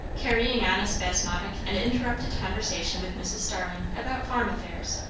carrying on a spasmodic and interrupted conversation with mrs. starling about farm affairs,